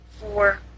four